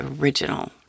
original